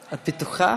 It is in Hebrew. את בטוחה?